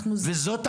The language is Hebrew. וזו הבעיה.